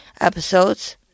episodes